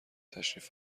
تشریف